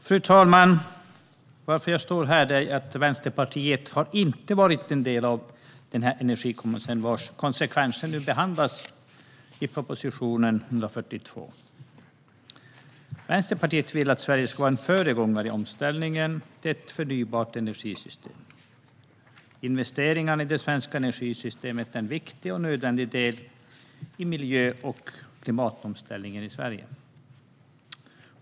Fru talman! Anledningen till att jag står här är att Vänsterpartiet inte har varit en del av den energiöverenskommelse vars konsekvenser behandlas i proposition 142. Vänsterpartiet vill att Sverige ska vara en föregångare i omställningen till ett förnybart energisystem. Investeringarna i det svenska energisystemet är en viktig och nödvändig del i miljö och klimatomställningen i Sverige.